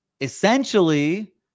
Essentially